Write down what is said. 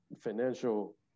financial